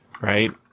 right